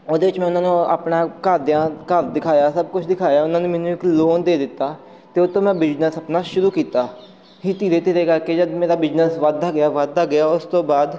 ਉਹਦੇ 'ਚ ਮੈਂ ਉਹਨਾਂ ਨੂੰ ਆਪਣਾ ਘਰ ਦਿਆਂ ਘਰ ਦਿਖਾਇਆ ਸਭ ਕੁਛ ਦਿਖਾਇਆ ਉਹਨਾਂ ਨੇ ਮੈਨੂੰ ਇੱਕ ਲੋਨ ਦੇ ਦਿੱਤਾ ਅਤੇ ਉਸ ਤੋਂ ਮੈਂ ਬਿਜ਼ਨਸ ਆਪਣਾ ਸ਼ੁਰੂ ਕੀਤਾ ਹੀ ਧੀਰੇ ਧੀਰੇ ਕਰਕੇ ਜਦ ਮੇਰਾ ਬਿਜਨਸ ਵੱਧਦਾ ਗਿਆ ਵੱਧਦਾ ਗਿਆ ਉਸ ਤੋਂ ਬਾਅਦ